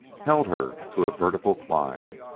held her to a vertical climb,